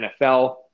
NFL